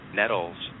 nettles